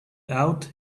out